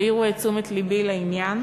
שהעירו את תשומת לבי לעניין,